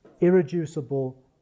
irreducible